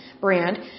Brand